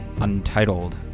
untitled